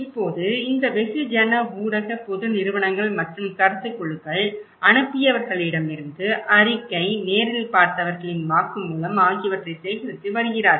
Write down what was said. இப்போது இந்த வெகுஜன ஊடக பொது நிறுவனங்கள் மற்றும் கருத்துக் குழுக்கள் அனுப்பியவர்களிடமிருந்து அறிக்கை நேரில் பார்த்தவர்களின் வாக்குமூலம் ஆகியவற்றை சேகரித்து வருகிறார்கள்